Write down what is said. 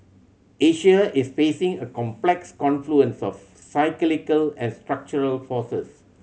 Asia is facing a complex confluence of cyclical and structural forces